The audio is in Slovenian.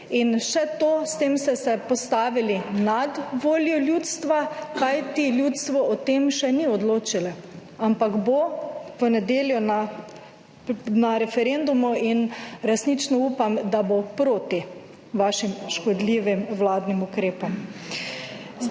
In še to, s tem ste se postavili nad voljo ljudstva, kajti ljudstvo o tem še ni odločilo, ampak bo v nedeljo na referendumu in resnično upam, da bo proti vašim škodljivim vladnim ukrepom.